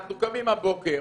אנחנו קמים הבוקר,